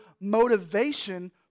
motivation